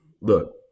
look